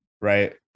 right